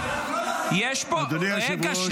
אדוני היושב-ראש,